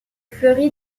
fleurit